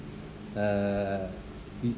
uh we